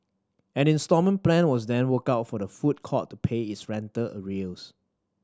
an instalment plan was then worked out for the food court to pay its rental arrears